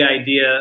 idea